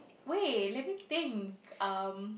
wait let me think um